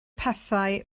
pethau